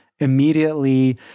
immediately